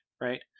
right